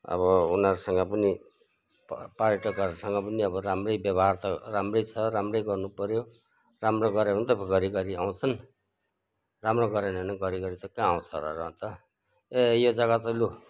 अब उनीहरूसँग पनि पा पर्यटकहरूसँग पनि अब राम्रै व्यवहार त राम्रै छ राम्रै गर्नुपऱ्यो राम्रो गऱ्यो भने त घरिघरि आउँछन् राम्रो गरेन भने घरिघरि त कहाँ आउँछ र र अन्त ए यो जग्गा चाहिँ लु